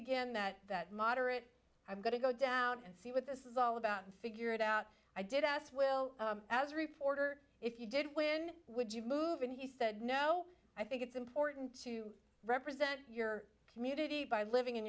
again that that moderate i'm going to go down and see what this is all about and figure it out i did asked will as a reporter if you did win would you move and he said no i think it's important to represent your community by living in